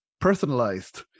personalized